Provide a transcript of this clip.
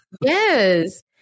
Yes